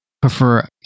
prefer